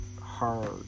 hard